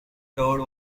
towed